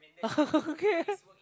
okay